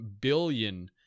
billion